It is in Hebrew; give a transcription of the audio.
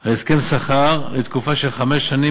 על הסכם שכר לתקופה של חמש שנים,